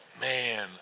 Man